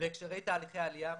בהקשרי תהליכי עלייה,